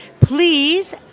please